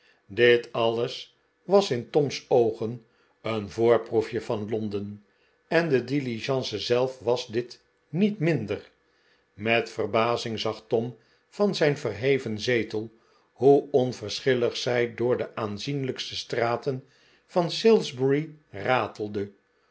dit alles was in tom's oogen een voorproefje van londen en de diligence zelf was dit niet minder met verbazing zag tom van zijn verheven zetel hoe onverschillig zij door de aanzienlijkste straten van salisbury ratelde hoe